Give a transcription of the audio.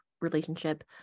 relationship